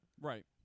Right